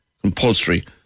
compulsory